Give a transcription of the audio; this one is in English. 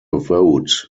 vote